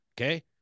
Okay